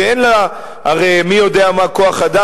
שאין לה מי יודע מה כוח-אדם,